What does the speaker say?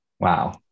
Wow